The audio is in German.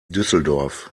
düsseldorf